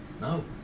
No